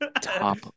top